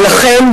ולכן,